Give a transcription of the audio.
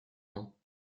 ans